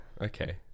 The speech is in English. okay